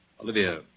Olivia